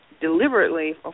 deliberately